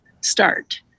start